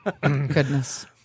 Goodness